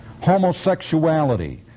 Homosexuality